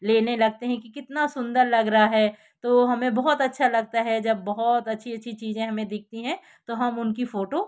लेने लगते हैं कि कितना सुंदर लग रहा है तो हमें बहुत अच्छा लगता है जब बहुत अच्छी अच्छी चीज़ें हमें दिखती हैं तो हम उनकी फ़ोटू